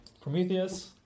prometheus